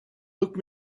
book